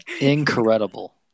Incredible